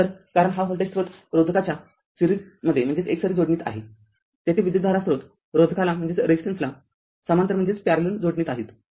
तरकारण हा व्होल्टेज स्रोत रोधकाच्या एकसरी जोडणीत आहे तेथे विद्युतधारा स्रोत रोधकाला समांतर जोडणीत आहे